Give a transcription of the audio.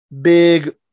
big